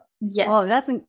Yes